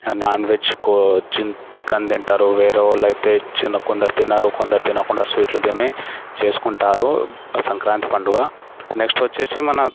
నాన్వెజ్కూ చిన్ చికెన్ తింటారు వేరే వాళ్ళు అయితే చిన కొందరు తినరు కొందరు తినకుండా స్వీట్లు తిని చేసుకుంటారు ఆ సంక్రాంతి పండగ నెక్స్ట్ వచ్చేసి మన